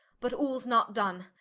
but all's not done,